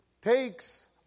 takes